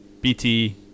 BT